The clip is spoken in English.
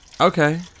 Okay